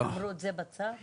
שמרו את זה בצד?